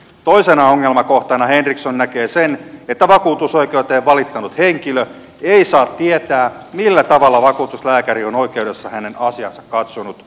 toisena ongelmakohtana henriksson näkee sen että vakuutusoikeuteen valittanut henkilö ei saa tietää millä tavalla vakuutuslääkäri on oikeudessa hänen asiansa katsonut